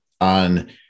on